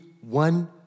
one